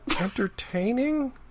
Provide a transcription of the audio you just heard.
entertaining